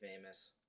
famous